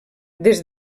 des